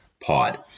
pod